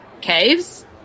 caves